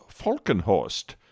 Falkenhorst